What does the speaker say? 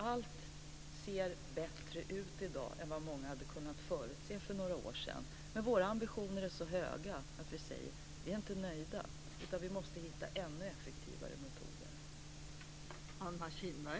Allt ser bättre ut i dag än vad många hade kunnat förutse för några år sedan. Men våra ambitioner är så höga att vi säger: Vi är inte nöjda. Vi måste hitta ännu effektivare metoder.